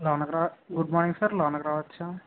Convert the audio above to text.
లోనకి రావచ్ good morning sir లోనకి రావచ్చా